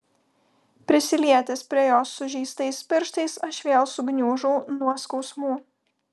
prisilietęs prie jos sužeistais pirštais aš vėl sugniužau nuo skausmų